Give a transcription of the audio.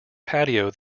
patio